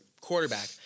quarterback